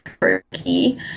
Turkey